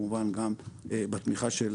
כמובן גם בתמיכה של